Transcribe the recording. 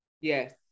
Yes